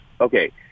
okay